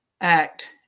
act